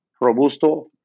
Robusto